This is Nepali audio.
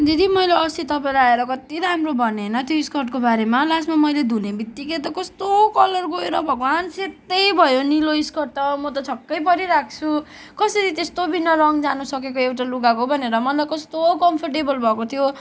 दिदी मैले अस्ति तपाईँलाई आएर कति राम्रो भने होइन त्यो स्कर्टको बारेमा लास्टमा मैले त धुने बित्तिकै त कस्तो कलर गएर भगवान् सेत्तै भयो निलो स्कर्ट त म त छक्कै परिरहेको छु कसरी त्यस्तो बिन रङ्ग जानु सकेको एउटा लुगाको भनेर म त कस्तो कम्फोर्टेबल भएको थियो